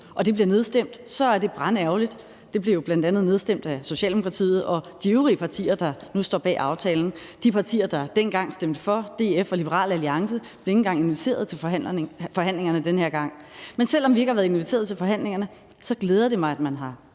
og det bliver nedstemt, så er det brandærgerligt. Det blev jo bl.a. nedstemt af Socialdemokratiet og de øvrige partier, der nu står bag aftalen. De partier, der dengang stemte for, DF og Liberal Alliance, blev ikke engang inviteret til forhandlingerne den her gang. Men selv om vi ikke har været inviteret til forhandlingerne, glæder det mig, at man har